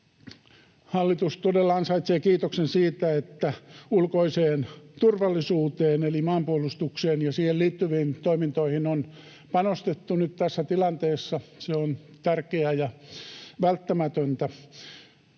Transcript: Hallitus todella ansaitsee kiitoksen siitä, että ulkoiseen turvallisuuteen eli maanpuolustukseen ja siihen liittyviin toimintoihin on panostettu nyt tässä tilanteessa. Se on tärkeää ja välttämätöntä.